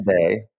today